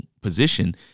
position